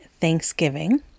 Thanksgiving